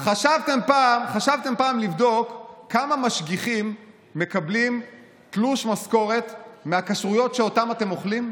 חשבתם פעם לבדוק כמה משגיחים מקבלים תלוש משכורת מהכשרויות שאתם אוכלים?